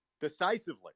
decisively